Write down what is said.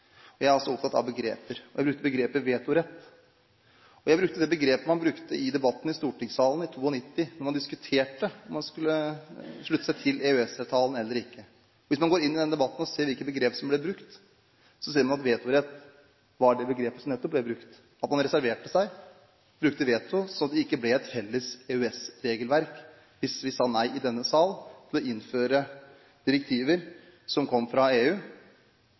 Jeg er også opptatt av begreper, og jeg brukte begrepet «vetorett». Jeg brukte det begrepet man brukte i debatten i stortingssalen i 1992 da man diskuterte om man skulle slutte seg til EØS-avtalen eller ikke. Hvis man går inn i den debatten og ser på hvilke begreper som ble brukt, ser man at nettopp «vetorett» var det begrepet som ble brukt, at man reserverte seg, brukte veto, slik at det ikke ble et felles EØS-regelverk hvis vi sa nei i denne sal til å innføre direktiver som kom fra EU,